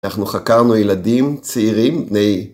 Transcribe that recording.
אנחנו חקרנו ילדים צעירים, בני